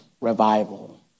revival